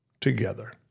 together